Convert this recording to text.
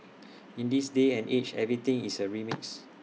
in this day and age everything is A remix